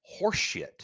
horseshit